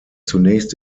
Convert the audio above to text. zunächst